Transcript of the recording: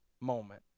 moment